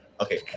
Okay